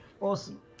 awesome